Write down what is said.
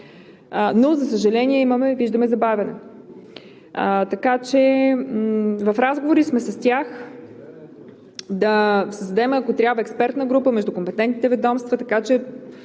но, за съжаление, виждаме забавяне. В разговори сме с тях да създадем, ако трябва, експертна група между компетентните ведомства, така че